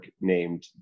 named